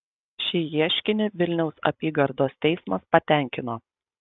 šį ieškinį vilniaus apygardos teismas patenkino